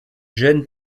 jeune